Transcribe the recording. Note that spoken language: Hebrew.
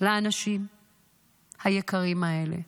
לאנשים היקרים האלה.